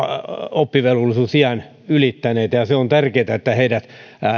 oppivelvollisuusiän ylittäneitä ja se on tärkeätä että heidät